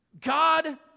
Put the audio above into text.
God